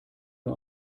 nur